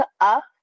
up